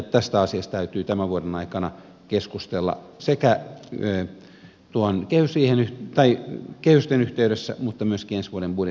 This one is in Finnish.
tästä asiasta täytyy tämän vuoden aikana keskustella sekä kehysten yhteydessä että myöskin ensi vuoden budjetin yhteydessä